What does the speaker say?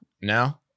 No